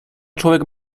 człowiek